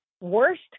worst